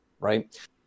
right